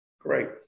Great